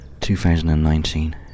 2019